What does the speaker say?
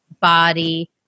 body